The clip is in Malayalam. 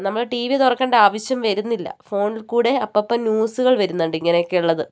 നമ്മൾ ടീ വി തുറക്കേണ്ട ആവശ്യം വരുന്നില്ല ഫോണിൽ കൂടെ അപ്പപ്പം ന്യൂസുകൾ വരുന്നുണ്ട് ഇങ്ങനെയൊക്കെയുള്ളത്